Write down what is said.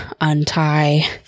untie